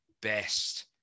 best